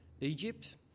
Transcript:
Egypt